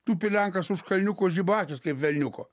tupi lenkas už kalniuko žiba akys kaip velniuko